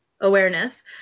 Awareness